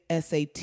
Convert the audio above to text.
SAT